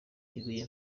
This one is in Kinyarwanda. ibuye